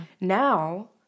Now